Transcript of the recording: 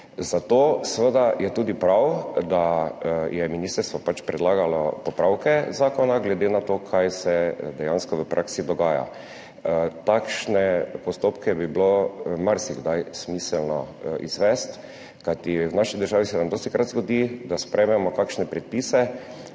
zato je seveda tudi prav, da je ministrstvo predlagalo popravke zakona glede na to, kaj se dejansko v praksi dogaja. Takšne postopke bi bilo marsikdaj smiselno izvesti, kajti v naši državi se nam dostikrat zgodi, da sprejmemo kakšne predpise,